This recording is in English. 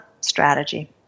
strategy